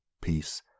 peace